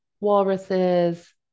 walruses